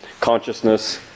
consciousness